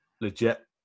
legit